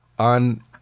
on